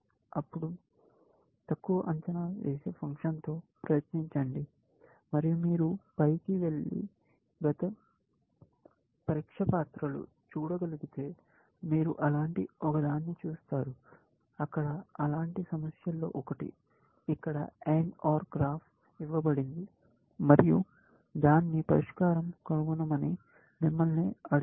అప్పుడు తక్కువ అంచనా వేసే ఫంక్షన్తో ప్రయత్నించండి మరియు మీరు పైకి వెళ్లి గత పరీక్షా పత్రాలు చూడగలిగితే మీరు అలాంటి ఒక దాన్ని చూస్తారు అక్కడ అలాంటి సమస్యలలో ఒకటి ఇక్కడ AND OR గ్రాఫ్ ఇవ్వబడింది మరియు దాని పరిష్కారం కనుగొనమని మిమ్మల్ని అడిగారు